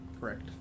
Correct